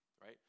right